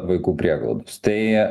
vaikų prieglaudos tai